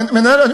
ממה שהוא אמר